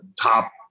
top